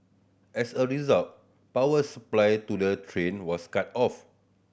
as a result power supply to the train was cut off